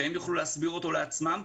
שהם יוכלו להסביר אותו לעצמם.